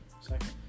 second